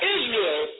Israel